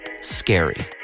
scary